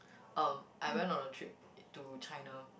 um I went on a trip to China